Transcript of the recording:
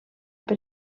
per